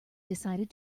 decided